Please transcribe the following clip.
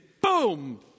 boom